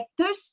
vectors